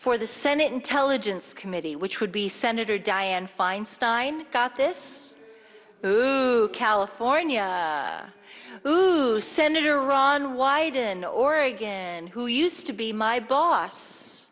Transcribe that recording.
for the senate intelligence committee which would be senator dianne feinstein got this california senator ron wyden in oregon who used to be my boss